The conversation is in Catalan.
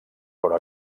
però